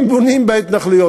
אם בונים בהתנחלויות,